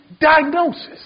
diagnosis